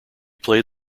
played